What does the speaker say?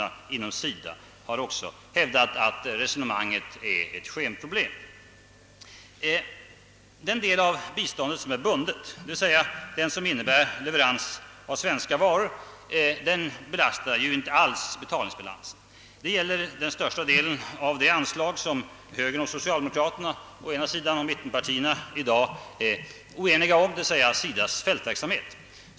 De har hävdat att synpunkterna i resonemanget är ett skenproblem. Den del av biståndet som är bunden, d. v. s. den som innebär leverans av svenska varor, belastar ju inte alls betalningsbalansen. Och det gäller den största delen av det anslag som högern och socialdemokraterna, å ena sidan, samt mittenpartierna, å andra sidan, i dag är oeniga om, d. v. s. SIDA:s fältverksamhet.